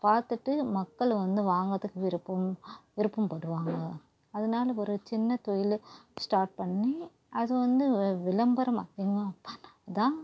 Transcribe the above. பார்த்துட்டு மக்கள் வந்து வாங்குறதுக்கு விருப்பம் விருப்பம் படுவாங்கள் அதனால ஒரு சின்ன தொழில் ஸ்டார்ட் பண்ணி அதை வந்து வி விளம்பரம் அதிகமாக பண்ணால்தான்